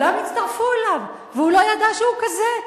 כולם הצטרפו אליו, והוא לא ידע שהוא כזה.